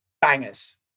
bangers